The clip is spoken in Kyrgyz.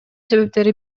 себептери